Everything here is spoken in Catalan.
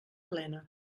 plena